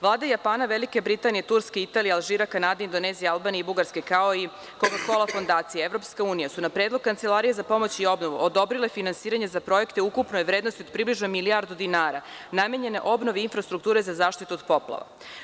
Vlada Japana, Velike Britanije, Turske, Italije, Alžira, Kanade, Indonezije, Albanije, Bugarske kao i koka- kola fondacije, EU, su na predlog Kancelarije za pomoć i obnovu odobrile finansiranje za projekte ukupne vrednosti od približno milijardu dinara namenjene obnovi infrastrukture za zaštitu od poplava.